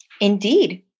Indeed